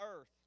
earth